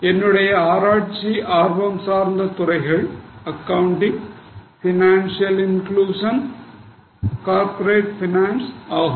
என்னுடைய ஆராய்ச்சி ஆர்வம் சார்ந்த துறைகள் கணக்கியல் நிதி சேர்க்கை பெருநிறுவன நிதி ஆகும்